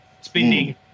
spending